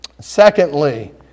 Secondly